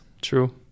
true